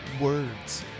words